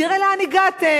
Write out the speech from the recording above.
תראה לאן הגעתם.